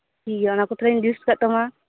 ᱴᱷᱤᱠᱜᱮᱭᱟ ᱚᱱᱟᱠᱚ ᱛᱟᱦᱚᱞᱮᱧ ᱞᱤᱥᱴ ᱫᱚᱦᱚᱠᱟᱜ ᱛᱟᱢᱟ